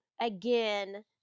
again